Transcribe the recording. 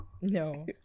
no